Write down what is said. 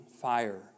fire